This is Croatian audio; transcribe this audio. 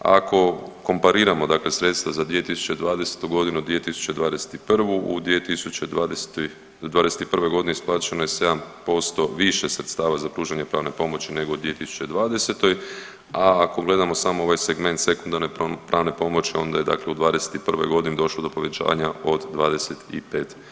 Ako kompariramo dakle sredstva za 2020. godinu, 2021., u 2021. godini isplaćeno je 7% više sredstava za pružanje pravne pomoći nego 2020., a ako gledamo samo ovaj segment sekundarne pravne pomoći onda je dakle u '21. godini došlo do povećanja od 25%